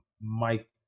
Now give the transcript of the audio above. Mike